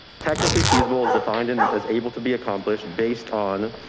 technically feasible is defined and as able to be accomplished based on.